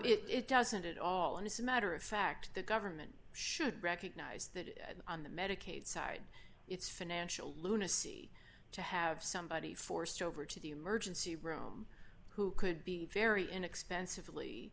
it doesn't at all and it's a matter of fact the government should recognize that on the medicaid side it's financial lunacy to have somebody forced over to the emergency room who could be very inexpensively